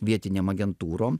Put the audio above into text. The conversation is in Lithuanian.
vietinėm agentūrom